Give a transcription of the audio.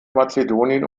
mazedonien